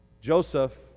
Joseph